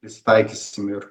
prisitaikysim ir